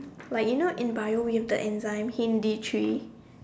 like you know in Bio we have the enzyme Hindi three